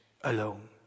alone